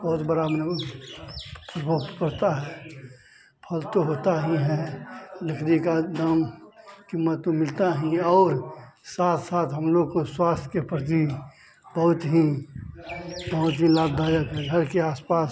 और बड़ा प्रभाव पड़ता है फल तो होता ही है लकड़ी का दाम क़ीमत तो मिलता ही है और साथ साथ हम लोग को स्वास्थ्य के प्रति बहुत ही बहुत ही बहुत ही लाभदायक है घर के आस पास